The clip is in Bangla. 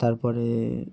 তারপরে